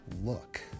look